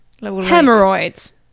hemorrhoids